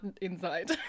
inside